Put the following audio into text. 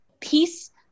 Peace